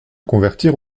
convertir